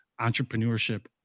entrepreneurship